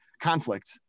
conflict